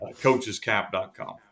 coachescap.com